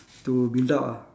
to build up ah